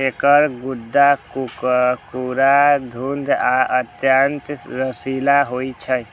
एकर गूद्दा कुरकुरा, दृढ़ आ अत्यंत रसीला होइ छै